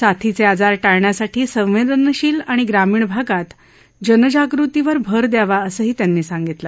साथीचे आजार टाळण्यासाठी संवेदनशील आणि ग्रामीण भागात जनजागृतीवर भर द्यावा असंही त्यांनी सांगितलं